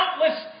countless